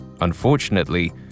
Unfortunately